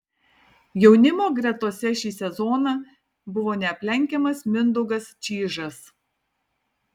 jaunimo gretose šį sezoną buvo neaplenkiamas mindaugas čyžas